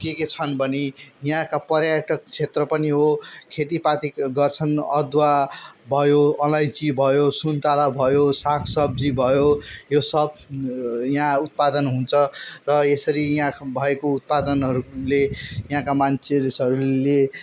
के के छन् भने यहाँका पर्यटक क्षेत्र पनि हो खेतीपाती गर्छन् अदुवा भयो अलैँची भयो सुन्तला भयो सागसब्जी भयो यो सब यहाँं उत्पादन् हुन्छ र यसरी यहाँ भएको उत्पादनहरूले यहाँका मान्छेहरूले